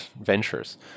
ventures